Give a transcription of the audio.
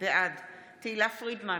בעד תהלה פרידמן,